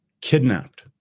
kidnapped